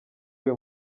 uyu